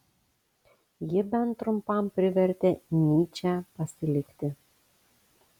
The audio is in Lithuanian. ji bent trumpam privertė nyčę pasilikti